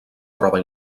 troba